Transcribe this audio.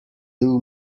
too